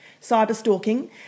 cyber-stalking